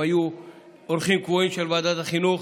הם היו אורחים קבועים של ועדת החינוך.